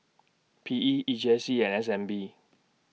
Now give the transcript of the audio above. P E E J C and S N B